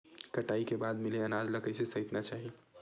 कटाई के बाद मिले अनाज ला कइसे संइतना चाही?